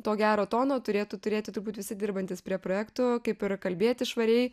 to gero tono turėtų turėti turbūt visi dirbantys prie projektų kaip ir kalbėti švariai